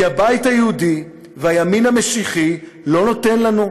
כי הבית היהודי והימין המשיחי לא נותנים לנו.